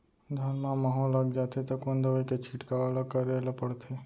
धान म माहो लग जाथे त कोन दवई के छिड़काव ल करे ल पड़थे?